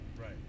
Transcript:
Right